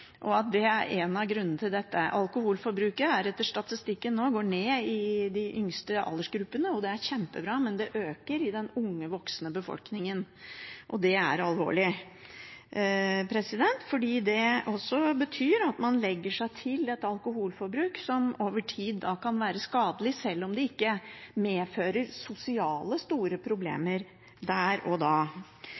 og at det er en av grunnene til dette. Alkoholforbruket går etter statistikken nå ned i de yngste aldersgruppene ‒ det er kjempebra ‒ men det øker i den unge voksne befolkningen. Det er alvorlig, fordi det også betyr at man legger seg til et alkoholforbruk som over tid kan være skadelig, sjøl om det ikke medfører store sosiale problemer der og da.